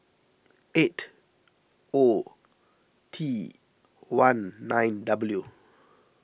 eight O T one nine W